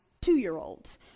two-year-olds